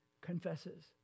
confesses